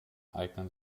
eignen